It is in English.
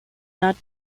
not